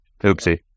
oopsie